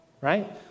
right